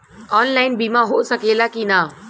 Online बीमा हो सकेला की ना?